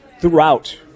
throughout